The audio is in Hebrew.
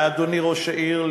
אדוני ראש העיר,